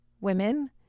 women